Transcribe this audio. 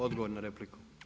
Odgovor na repliku.